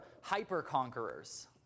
hyper-conquerors